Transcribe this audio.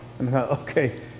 okay